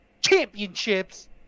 Championships